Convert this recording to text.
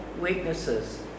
weaknesses